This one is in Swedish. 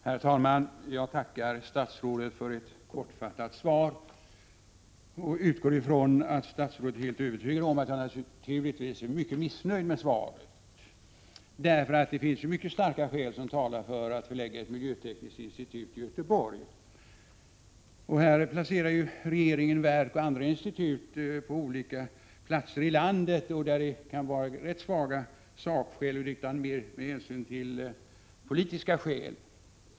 Herr talman! Jag tackar statsrådet för ett kortfattat svar, och jag utgår ifrån att statsrådet är helt övertygad om att jag naturligtvis är mycket missnöjd med svaret. Det finns mycket starka skäl för att förlägga ett miljötekniskt institut till Göteborg. Regeringen placerar verk och andra institut på olika platser i landet på rätt svaga sakskäl och mer med hänsyn till politiska skäl.